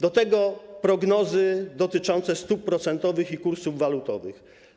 Do tego prognozy dotyczące stóp procentowych i kursów walutowych.